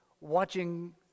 watching